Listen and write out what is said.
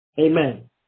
Amen